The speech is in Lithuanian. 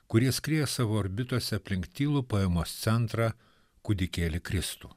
kurie skrieja savo orbitose aplink tylų poemos centrą kūdikėlį kristų